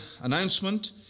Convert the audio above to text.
announcement